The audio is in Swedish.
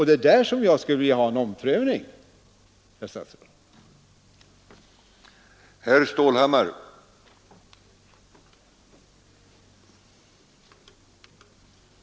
Där skulle jag vilja ha en omprövning, herr statsråd.